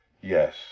Yes